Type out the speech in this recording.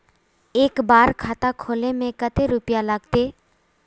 एक बार खाता खोले में कते रुपया लगते?